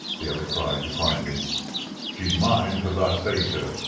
the other cried, defiantly she's mine cause i saved her.